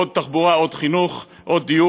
עוד תחבורה, עוד חינוך, עוד דיור.